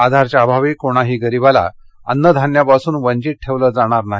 आधारच्या अभावी कोणाही गरीबाला अन्नधान्यापासून वंचित ठेवलं जाणार नाही